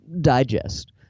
digest